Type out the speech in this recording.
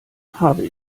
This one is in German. habe